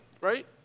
right